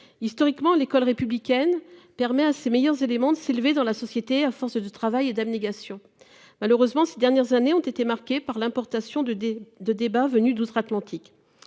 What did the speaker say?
historiquement l'école républicaine permet à ses meilleurs éléments de s'élever dans la société. À force de travail et d'abnégation. Malheureusement ces dernières années ont été marquées par l'importation de des de débats venus d'outre-Atlantique.